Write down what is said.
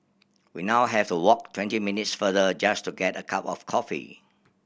we now have to walk twenty minutes farther just to get a cup of coffee